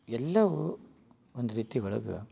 ಎಲ್ಲವೂ ಒಂದು ರೀತಿ ಒಳಗೆ